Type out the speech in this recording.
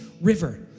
river